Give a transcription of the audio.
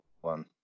one